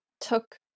took